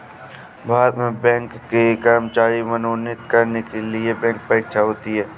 भारत में बैंक के कर्मचारी मनोनीत करने के लिए बैंक परीक्षा होती है